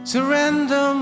Surrender